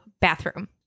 bathroom